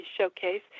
showcase